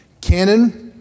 Canon